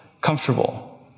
comfortable